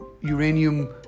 uranium